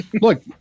look